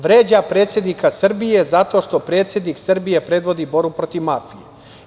Vređa predsednika Srbije zato što predsednik Srbije predvodi borbu protiv mafije.